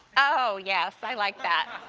oh, yes. i like that.